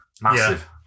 Massive